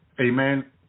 Amen